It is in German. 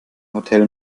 hotel